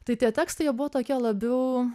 tai tie tekstai jie buvo tokie labiau